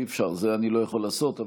את זה אני לא יכול לעשות,